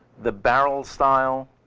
the barrel style,